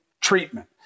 treatment